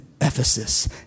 Ephesus